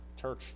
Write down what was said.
church